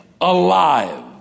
alive